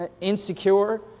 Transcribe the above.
insecure